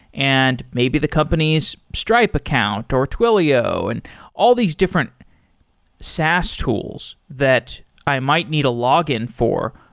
and maybe the company's stripe account, or twilio and all these different saas tools that i might need a login for.